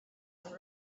and